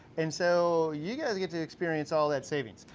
and so you guys get to experience all that savings.